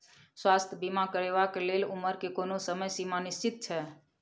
स्वास्थ्य बीमा करेवाक के लेल उमर के कोनो समय सीमा निश्चित छै?